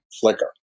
flicker